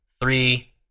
three